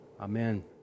Amen